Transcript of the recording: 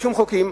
לשום חוקים.